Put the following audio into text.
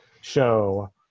show